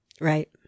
Right